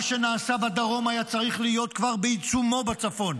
מה שנעשה בדרום היה צריך להיות כבר בעיצומו בצפון,